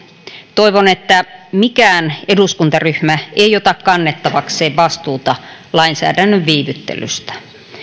toivon että mikään eduskuntaryhmä ei ota kannettavakseen vastuuta lainsäädännön viivyttelystä